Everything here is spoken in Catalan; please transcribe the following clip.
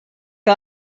que